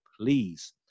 please